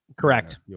Correct